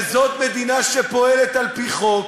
וזאת מדינה שפועלת על-פי חוק,